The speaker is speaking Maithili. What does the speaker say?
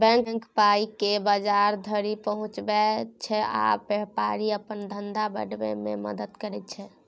बैंक पाइकेँ बजार धरि पहुँचाबै छै आ बेपारीकेँ अपन धंधा बढ़ाबै मे मदद करय छै